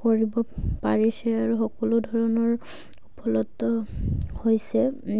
কৰিব পাৰিছে আৰু সকলো ধৰণৰ উপলব্ধ হৈছে